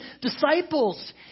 disciples